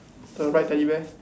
the right teddy bear